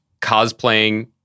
cosplaying